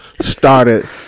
started